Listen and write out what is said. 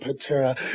patera